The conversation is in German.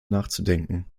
nachzudenken